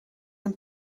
een